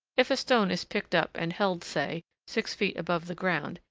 if a stone is picked up and held, say, six feet above the ground,